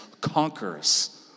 conquers